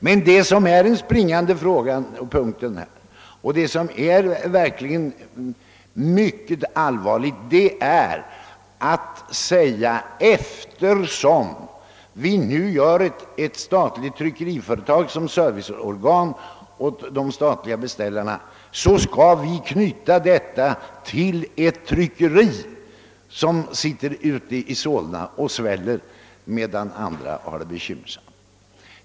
Men — och det är den springande punkten — jag finner det allvarligt om man skulle säga, att eftersom vi nu inrättar ett statligt förlag som serviceorgan åt de statliga beställarna, så skall detta knytas till ett tryckeri ute i Solna, vars verksamhet sväller medan andra tryckerier har det besvärligt.